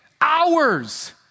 Hours